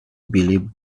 believed